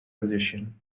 position